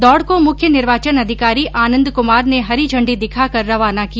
दौड को मुख्य निर्वाचन अधिकारी आनन्द कुमार ने हरी झण्डी दिखाकर रवाना किया